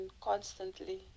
constantly